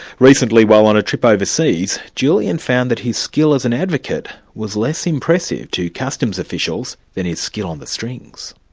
recently while on a trip overseas, julian found that his skill as an advocate was less impressive to customs officials than his skill on the strings.